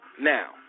Now